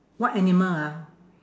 what animal ah